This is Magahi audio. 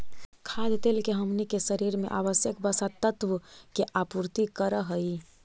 खाद्य तेल हमनी के शरीर में आवश्यक वसा तत्व के आपूर्ति करऽ हइ